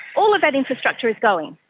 all of that infrastructure is going.